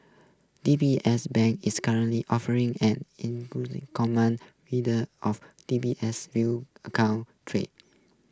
D B S Bank is currently offering an common in the of D B S view account treat